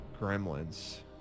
Gremlins